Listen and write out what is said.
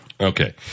Okay